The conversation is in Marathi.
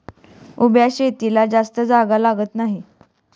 उभ्या शेतीला जास्त जागा लागत नाही